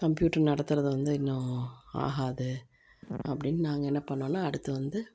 computer நடத்துவது வந்து இன்னும் ஆகாது அப்படின்னு நாங்கள் என்ன பண்ணோம்னா அடுத்து வந்து